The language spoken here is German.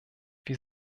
wie